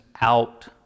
out